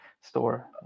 store